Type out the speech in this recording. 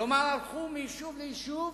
כלומר, הלכו מיישוב ליישוב,